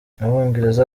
abongereza